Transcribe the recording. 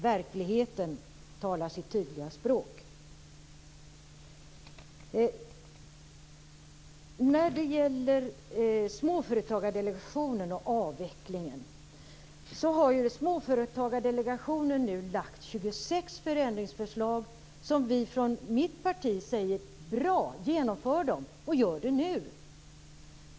Verkligheten talar sitt tydliga språk. När det gäller småföretagsdelegationen och avvecklingen har ju småföretagsdelegationen nu lagt fram 26 förändringsförslag om vilka vi från mitt parti säger: Bra! Genomför dem, och gör det nu!